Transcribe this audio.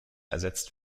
ersetzt